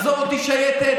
עזוב אותי שייטת,